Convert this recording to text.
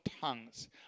tongues